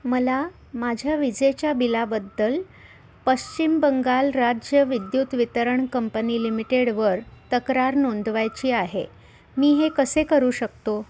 मला माझ्या विजेच्या बिलाबद्दल पश्चिम बंगाल राज्य विद्युत वितरण कंपनी लिमिटेडवर तक्रार नोंदवायची आहे मी हे कसे करू शकतो